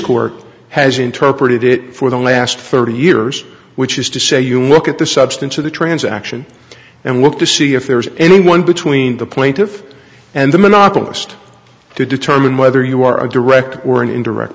court has interpreted it for the last thirty years which is to say you look at the substance of the transaction and look to see if there's any one between the plaintiff and the monopolist to determine whether you are a direct or indirect